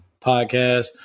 podcast